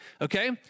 Okay